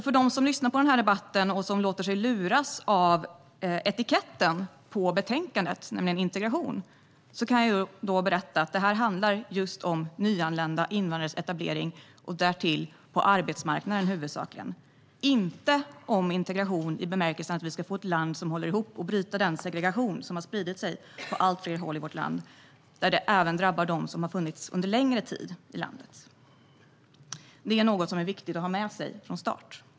För dem som lyssnar på denna debatt och låter sig luras av etiketten på betänkandet, "Integration", kan jag berätta att detta handlar just om nyanlända invandrares etablering huvudsakligen på arbetsmarknaden, inte om integration i bemärkelsen att vi ska få ett land som håller ihop och bryta den segregation som har spridit sig på allt fler håll i vårt land och även drabbar dem som funnits i landet under längre tid. Det är något som är viktigt att ha med sig från start.